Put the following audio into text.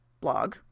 blog